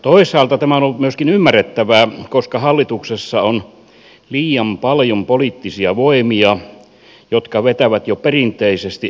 toisaalta tämä on ollut myöskin ymmärrettävää koska hallituksessa on liian paljon poliittisia voimia jotka vetävät jo perinteisesti eri suuntiin